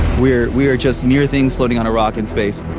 we are we are just mere things floating on a rock in space.